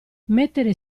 mettere